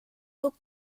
tuk